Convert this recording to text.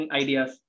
ideas